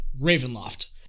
Ravenloft